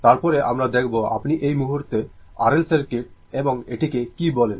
তারপরে আমরা দেখব আপনি এই মুহূর্তে R L সার্কিট এবং এটিকে কী বলেন